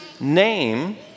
name